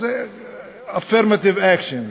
זה affirmative actions,